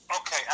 okay